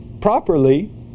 properly